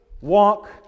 walk